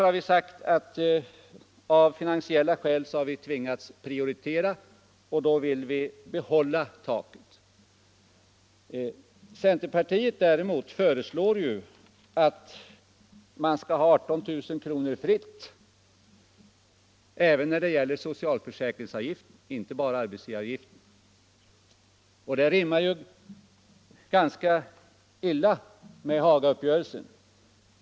Vi har sagt att av finansiella skäl har vi tvingats att prioritera, och då vill vi behålla taket. Centerpartiet däremot föreslår ju att man skall ha 18 000 kr. fritt även när det gäller socialförsäkringsavgiften och inte bara arbetsgivaravgiften. Det rimmar ju ganska illa med Hagauppgörelsen.